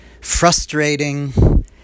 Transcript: frustrating